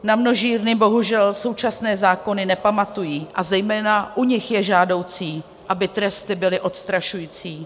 Na množírny bohužel současné zákony nepamatují a zejména u nich je žádoucí, aby tresty byly odstrašující.